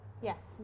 Yes